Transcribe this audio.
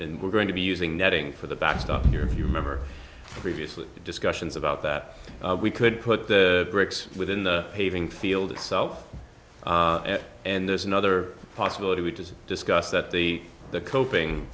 we're going to be using netting for the backstop here if you remember previously discussions about that we could put the bricks within the paving field itself and there's another possibility we just discussed that the the coping